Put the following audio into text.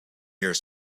here